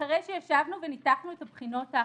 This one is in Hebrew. אחרי שישבנו וניתחנו את הבחינות האחרונות".